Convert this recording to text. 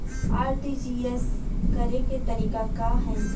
RTGS करे के तरीका का हैं?